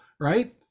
right